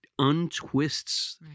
untwists